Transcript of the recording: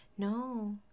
no